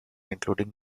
including